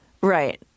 Right